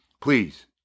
please